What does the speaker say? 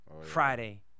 Friday